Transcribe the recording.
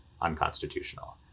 unconstitutional